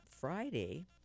Friday